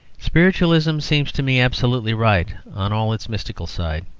spiritualism seems to me absolutely right on all its mystical side.